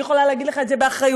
אני יכולה להגיד לך את זה באחריות.